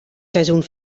seizoen